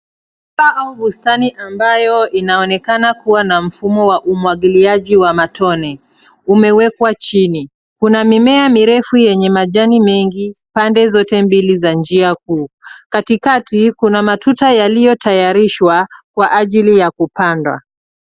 Au bustani ambayo inaonekana kuwa na mfumo wa umwagiliaji wa matone umewekwa chini. Kuna mimea mirefu yenye majani mengi pande zote mbili za njia kuu. Katikati kuna matuta yaliyotayarishwa kwa ajili ya kupanda.